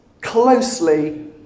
closely